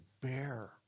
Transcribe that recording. bear